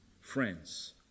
friends